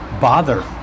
bother